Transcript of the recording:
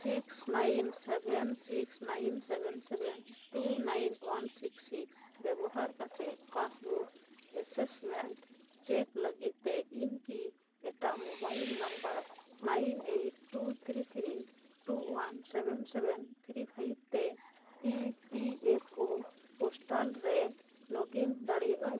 six nine seven six nine seven seven two nine one six six ᱵᱮᱵᱚᱦᱟᱨ ᱠᱟᱛᱮᱫ passbook assessment check ᱞᱟᱹᱜᱤᱫᱛᱮ ᱤᱧ ᱠᱤ ᱮᱴᱟᱜ mobile number nine eight two three three two one seven seven three five ᱛᱮ E P F O portal ᱨᱮ login ᱫᱟᱲᱮᱭᱟᱜ ᱟᱹᱧ